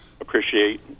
appreciate